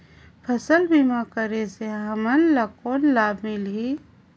फसल बीमा करे से हमन ला कौन लाभ मिलही?